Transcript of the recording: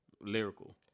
Lyrical